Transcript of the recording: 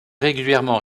régulièrement